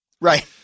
Right